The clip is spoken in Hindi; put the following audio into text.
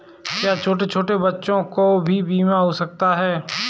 क्या छोटे छोटे बच्चों का भी बीमा हो सकता है?